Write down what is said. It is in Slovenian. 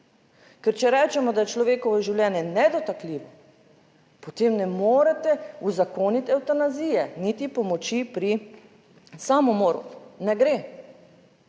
Ker če rečemo, da je človekovo življenje nedotakljivo, potem ne morete uzakoniti evtanazije, niti pomoči pri **63. TRAK: